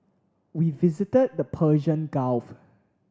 we visited the Persian Gulf